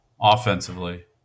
offensively